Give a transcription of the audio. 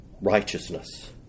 righteousness